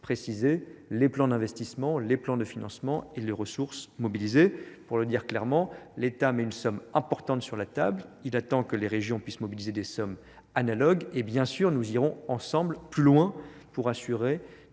préciser les plans d'investissement les plans de financement et les ressources mobilisées pour le dire clairement l'état met une somme importante sur la table il attend que les régions puissent que les régions puissent mobiliser des sommes analogues et bien sûr nous irons ensemble plus loin pour assurer